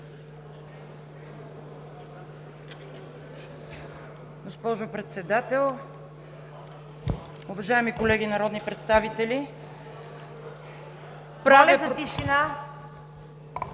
Госпожо Председател, уважаеми колеги народни представители! Правя процедура